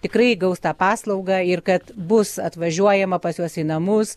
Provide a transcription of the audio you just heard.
tikrai gaus tą paslaugą ir kad bus atvažiuojama pas juos į namus